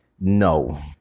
no